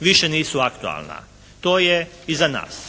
više nisu aktualna. To je iza nas.